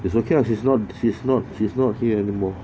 it's okay lah she's not she's not she's not here anymore